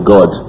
God